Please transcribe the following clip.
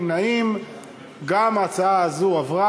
אם כן, הצבענו על ההצעה הזו.